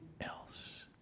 else